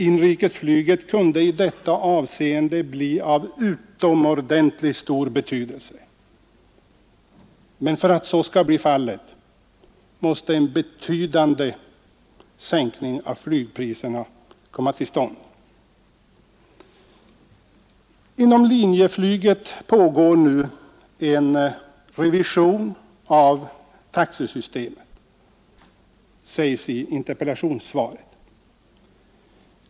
Inrikesflyget kunde i detta avseende bli av utomordentligt stor betydelse, men för att så skall bli fallet måste en betydande sänkning av flygpriserna komma till stånd. Det sägs i interpellationssvaret att det inom linjeflyget nu pågår en revision av taxesystemet.